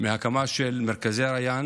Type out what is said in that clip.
הרבה כסף הושקע להקמה של מרכזי ריאן,